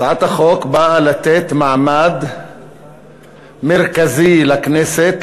הצעת החוק באה לתת מעמד מרכזי לכנסת,